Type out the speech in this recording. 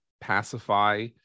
pacify